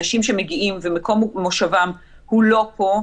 אנשים שמגיעים ומקום מושבם הוא לא פה,